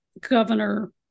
governor